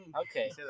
Okay